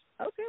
Okay